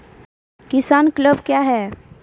किसान क्लब क्या हैं?